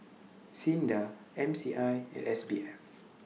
SINDA M C I and S B F